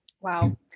wow